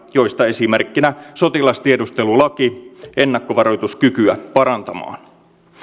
joista esimerkkinä sotilastiedustelulaki ennakkovaroituskykyä parantamaan